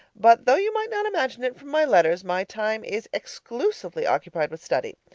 but though you might not imagine it from my letters, my time is exclusively occupied with study.